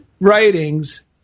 writings